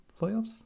playoffs